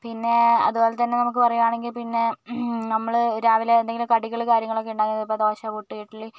പിന്നെ അതുപോലെ തന്നെ നമുക്ക് പറയുകയാണെങ്കിൽ പിന്നെ നമ്മൾ രാവിലെ ഏതെങ്കിലും കടികൾ കാര്യങ്ങളൊക്കെ ഉണ്ടാക്കണം ഇപ്പോൾ ദോശ പുട്ട് ഇഡലി